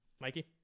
Mikey